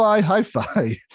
hi-fi